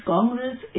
Congress